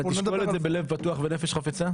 האם תשקול את זה בלב פתוח ונפש חפצה?